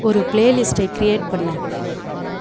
ஒரு பிளேலிஸ்ட்டை க்ரியேட் பண்ணு